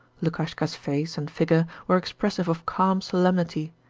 lukashka's face and figure were expressive of calm solemnity.